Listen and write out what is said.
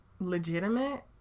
legitimate